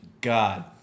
God